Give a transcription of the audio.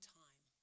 time